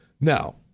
now